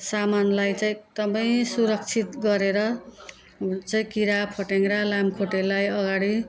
सामानलाई चाहिँ एकदमै सुरक्षित गरेर चाहिँ किरा फट्याङ्ग्रा लामखुट्टेलाई अगाडि